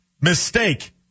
mistake